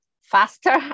faster